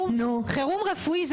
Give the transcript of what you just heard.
חירום רפואי זה